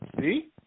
See